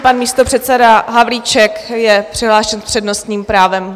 Pan místopředseda Havlíček je přihlášen s přednostním právem.